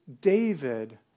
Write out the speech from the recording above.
David